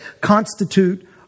constitute